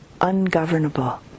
ungovernable